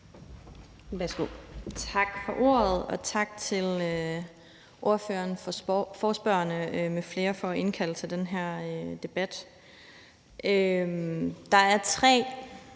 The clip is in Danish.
Tak for ordet, og tak til ordføreren for forespørgerne m.fl. for at indkalde til den her debat.